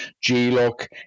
G-lock